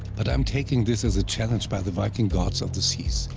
but i am taking this as a challenge by the viking gods of the seas,